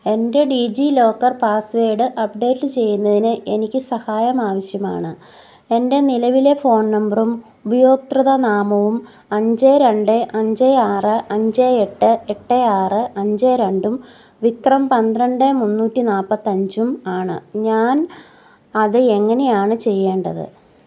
എൻ്റെ DigiLocker password update ചെയ്യുന്നതിന് എനിക്ക് സഹായം ആവശ്യമാണ് എൻ്റെ നിലവിലെ ഫോൺ നമ്പറും ഉപയോക്തൃതനാമവും അഞ്ച് രണ്ട് അഞ്ച് ആറ് അഞ്ച് എട്ട് എട്ട് ആറ് അഞ്ച് രണ്ടും വിക്രം പന്ത്രണ്ട് മൂന്നൂറ്റി നാൽപ്പത്തഞ്ചും ആണ് ഞാൻ അത് എങ്ങനെയാണ് ചെയ്യേണ്ടത്